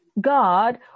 God